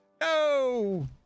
no